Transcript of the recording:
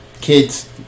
kids